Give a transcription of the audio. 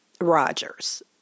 Rogers